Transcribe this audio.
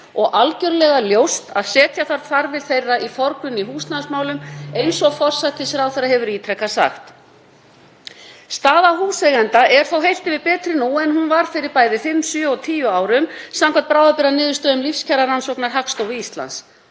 og algjörlega ljóst að setja þarf þarfir þeirra í húsnæðismálum í forgrunn eins og forsætisráðherra hefur ítrekað sagt. Staða húseigenda er þó heilt yfir betri nú en hún var fyrir bæði fimm, sjö og tíu árum samkvæmt bráðabirgðaniðurstöðum lífskjararannsóknar Hagstofu Íslands.